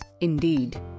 indeed